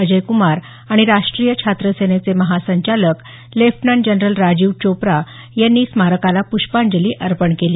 अजय क्रमार आणि राष्टीय छात्र सेनेचे महासंचालक लेफ्टनंट जनरल राजीव चोप्रा यांनी स्मारकाला प्रष्पांजली अर्पण केली